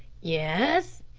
yes,